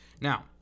now